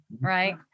right